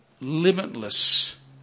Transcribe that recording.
limitless